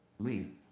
lee.